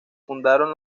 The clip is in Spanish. fundaron